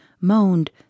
moaned